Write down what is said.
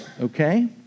okay